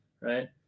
Right